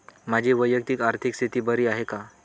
माझी वैयक्तिक आर्थिक स्थिती बरी आहे का?